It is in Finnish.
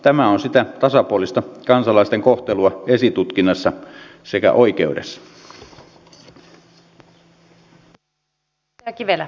tämä on sitä tasapuolista kansalaisten kohtelua esitutkinnassa sekä oikeudessa